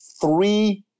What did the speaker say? three